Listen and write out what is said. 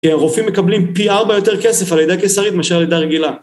רופאים מקבלים פי ארבע יותר כסף על לידה קיסרית משל על לידה רגילה